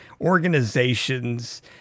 organizations